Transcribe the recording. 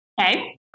Okay